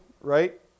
right